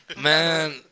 Man